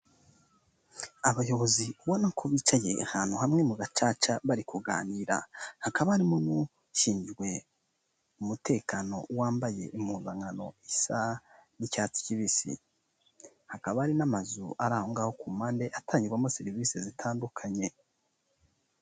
Abayobozi ubona ko bicaye ahantu hamwe mu gacaca bari kuganira, hakaba harimo n'ushinzwe umutekano, wambaye impuzankano isa n'icyatsi kibisi. Hakaba hari n'amazu ari aho ngaho ku mpande atangirwamo serivise zitandukanye.